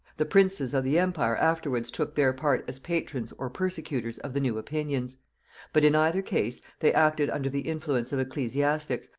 the princes of the empire afterwards took their part as patrons or persecutors of the new opinions but in either case they acted under the influence of ecclesiastics,